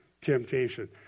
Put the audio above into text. temptation